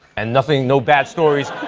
and nothing no bad stories